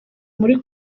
muri